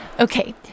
Okay